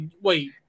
wait